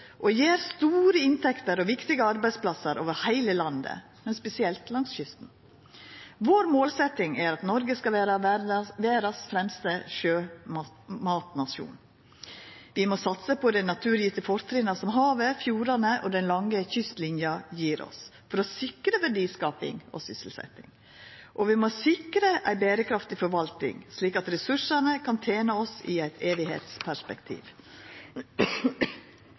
og gjev store inntekter og viktige arbeidsplassar over heile landet, men spesielt langs kysten. Vår målsetjing er at Noreg skal vera verdas fremste sjømatnasjon. Vi må satsa på dei naturgjevne fortrinna som havet, fjordane og den lange kystlinja gjev oss, for å sikra verdiskaping og sysselsetjing. Og vi må sikra ei berekraftig forvalting, i det perspektivet at ressursane kan tena oss for evig. I lovverket er staten gjeve både eit